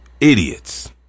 idiots